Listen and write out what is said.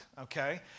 Okay